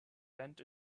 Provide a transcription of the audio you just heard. bend